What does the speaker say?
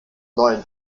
neuen